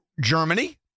Germany